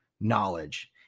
knowledge